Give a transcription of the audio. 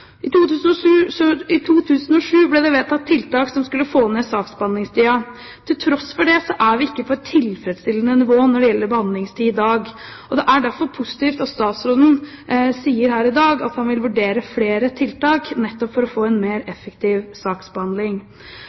I 2007 ble det vedtatt tiltak som skulle få ned saksbehandlingstiden. Til tross for det er vi ikke på et tilfredsstillende nivå når det gjelder behandlingstid i dag, og det er derfor positivt at statsråden sier her i dag at han vil vurdere flere tiltak nettopp for å få en mer effektiv saksbehandling.